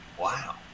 wow